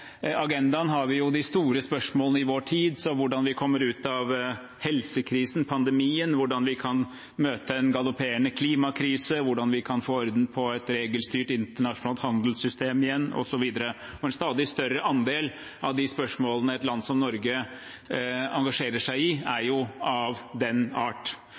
agendaen har vi de store spørsmålene i vår tid, som hvordan vi kommer ut av helsekrisen, pandemien, hvordan vi kan møte en galopperende klimakrise, hvordan vi kan få orden på et regelstyrt internasjonalt handelssystem igjen, osv. En stadig større andel av de spørsmålene et land som Norge engasjerer seg i, er av den art.